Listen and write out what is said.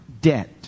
debt